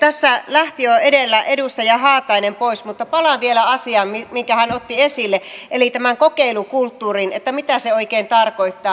tässä lähti jo edellä edustaja haatainen pois mutta palaan vielä asiaan minkä hän otti esille eli siihen mitä tämä kokeilukulttuuri oikein tarkoittaa